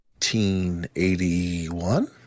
1981